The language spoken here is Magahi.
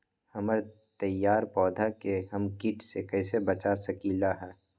हमर तैयार पौधा के हम किट से कैसे बचा सकलि ह?